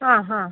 ആ ഹാ